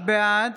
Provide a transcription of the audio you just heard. בעד